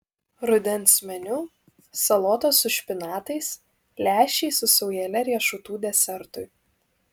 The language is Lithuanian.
rudens meniu salotos su špinatais lęšiai su saujele riešutų desertui